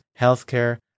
healthcare